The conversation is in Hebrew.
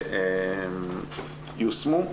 יושמו.